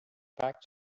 facts